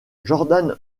jordan